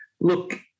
look